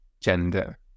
gender